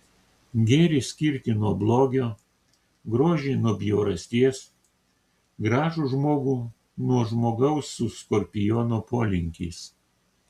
gėrį skirti nuo blogio grožį nuo bjaurasties gražų žmogų nuo žmogaus su skorpiono polinkiais